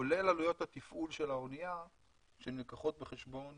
כולל עלויות התפעול של האנייה שנלקחות בחשבון